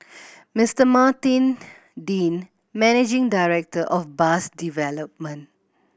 Mister Martin Dean managing director of bus development